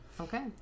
Okay